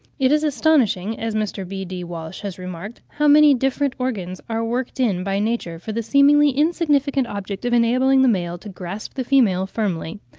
it is astonishing, as mr. b d. walsh has remarked, how many different organs are worked in by nature for the seemingly insignificant object of enabling the male to grasp the female firmly.